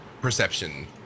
perception